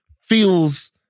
feels